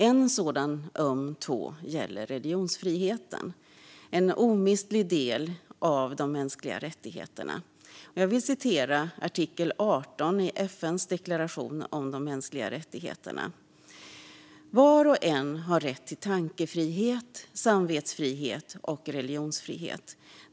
En sådan öm tå gäller religionsfriheten, en omistlig del av de mänskliga rättigheterna. Jag vill citera artikel 18 i FN:s deklaration om de mänskliga rättigheterna: "Var och en har rätt till tankefrihet, samvetsfrihet och religionsfrihet.